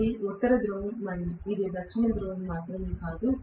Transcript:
ఇది ఉత్తర ధ్రువం మరియు దక్షిణ ధృవం మాత్రమే కాదు